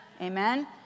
Amen